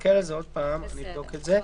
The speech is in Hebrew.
אסתכל על זה עוד פעם, נבדוק את זה.